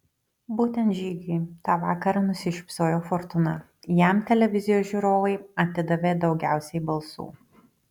būtent žygiui tą vakarą nusišypsojo fortūna jam televizijos žiūrovai atidavė daugiausiai balsų